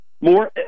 more